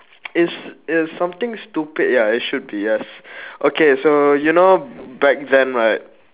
it's it is something stupid ya it should be yes okay so you know back then right